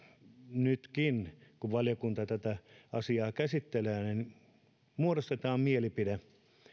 nytkin kun valiokunta tätä asiaa käsittelee muodostetaan mielipide